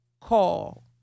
call